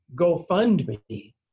GoFundMe